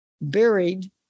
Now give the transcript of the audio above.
buried